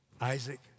Isaac